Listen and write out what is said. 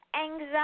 anxiety